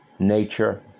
Nature